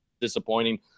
disappointing